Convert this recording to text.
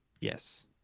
Yes